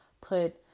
put